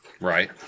Right